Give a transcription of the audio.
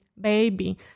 baby